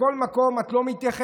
בכל מקום את לא מתייחסת,